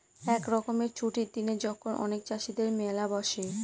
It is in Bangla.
এক রকমের ছুটির দিনে যখন অনেক চাষীদের মেলা বসে